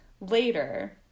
later